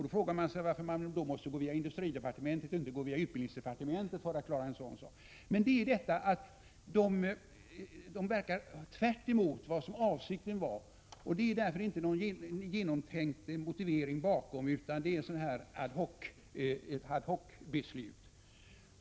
Då frågar man sig varför en sådan sak måste klaras via industridepartementet och inte klaras genom utbildningsdepartementet. Fonderna verkar i en riktning som är rakt motsatt den som avsågs, och det beror på att det inte fanns någon genomtänkt motivering i grunden, utan de tillkom genom ett ad hoc-beslut.